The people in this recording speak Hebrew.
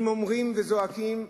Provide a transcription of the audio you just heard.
אם אומרים וזועקים,